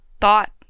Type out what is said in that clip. thought